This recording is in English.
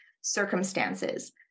circumstances